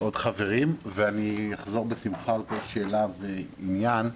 עוד חברים, ואחזור בשמחה לכל שאלה ועניין.